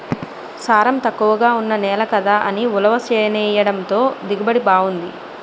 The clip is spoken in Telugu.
సారం తక్కువగా ఉన్న నేల కదా అని ఉలవ చేనెయ్యడంతో దిగుబడి బావుంది